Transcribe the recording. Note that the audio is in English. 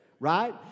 Right